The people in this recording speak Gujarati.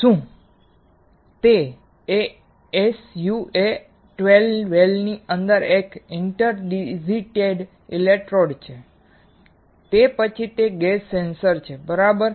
શું તે ASUA12 વેલની અંદર એક ઇન્ટરડિજિટેટેડ ઇલેક્ટ્રોડ છે કે પછી તે ગેસ સેન્સર છે બરાબર